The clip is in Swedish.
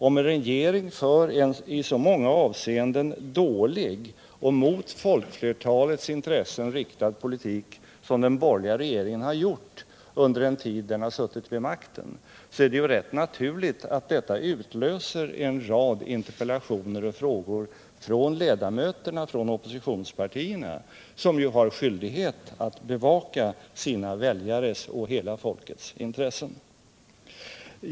Om en regering för en i så många avseenden dålig och mot folkflertalets intressen riktad politik som den borgerliga regeringen har gjort under den tid den har suttit vid makten, så är det rätt naturligt att detta utlöser en rad interpellationer och frågor från oppositionspartiernas ledamöter, som ju har skyldighet att bevaka sina väljares och hela folkets intressen.